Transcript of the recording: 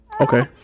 okay